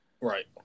Right